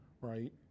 right